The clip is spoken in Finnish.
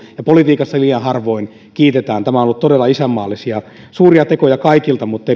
kertoa ja politiikassa liian harvoin kiitetään nämä ovat olleet todella isänmaallisia suuria tekoja kaikilta mutta